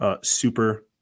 super